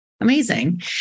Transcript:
Amazing